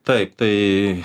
taip tai